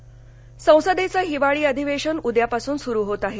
अधिवेशन संसदेचं हिवाळी अधिवेशन उद्यापासून सुरू होत आहे